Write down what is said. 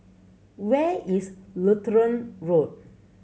where is Lutheran Road